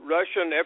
Russian